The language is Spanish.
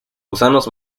gusanos